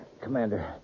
Commander